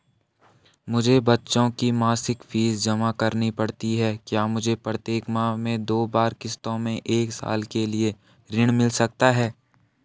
मुझे बच्चों की मासिक फीस जमा करनी पड़ती है क्या मुझे प्रत्येक माह में दो बार किश्तों में एक साल के लिए ऋण मिल सकता है?